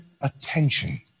attention